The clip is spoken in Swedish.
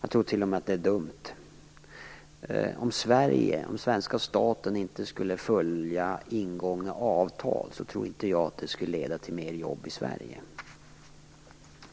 Jag tror t.o.m. att det är dumt. Om Sverige och svenska staten inte skulle följa ingångna avtal tror inte jag att det skulle leda till mer jobb i Sverige.